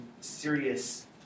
serious